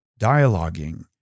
Dialoguing